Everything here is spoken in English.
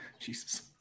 jesus